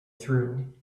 through